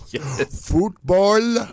football